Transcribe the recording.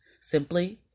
Simply